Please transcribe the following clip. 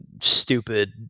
stupid